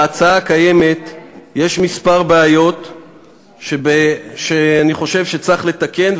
בהצעה הקיימת יש כמה בעיות שאני חושב שצריך לתקן,